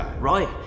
Right